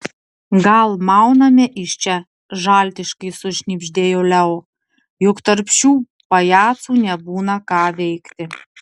gal mauname iš čia žaltiškai sušnibždėjo leo juk tarp šitų pajacų nebūna ką veikti